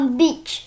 beach